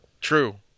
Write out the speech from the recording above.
True